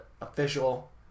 official